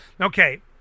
Okay